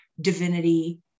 divinity